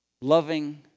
loving